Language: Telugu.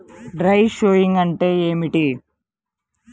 డ్రై షోయింగ్ అంటే ఏమిటి?